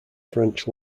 french